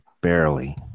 barely